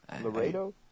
Laredo